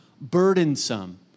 burdensome